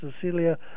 Cecilia